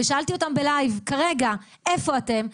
שאלתי אותם בלייב כרגע איפה אתם?